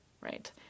right